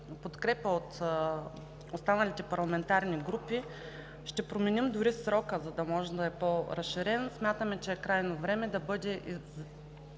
подкрепа от останалите парламентарни групи, ще променим дори срока, за да може да е по-разширен. Смятаме, че е крайно време този регистър